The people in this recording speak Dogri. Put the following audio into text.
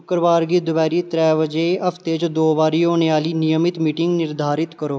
शुक्रबार गी दपैहरीं त्रै बजे हफ्ते च दो बारी होने आह्ली नियमत मीटिंग निरधारित करो